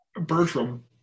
Bertram